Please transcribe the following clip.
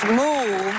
move